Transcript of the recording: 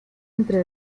entre